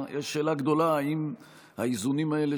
יש שאלה גדולה אם האיזונים האלה,